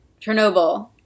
Chernobyl